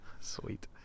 Sweet